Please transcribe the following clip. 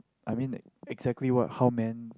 I mean that exactly what how men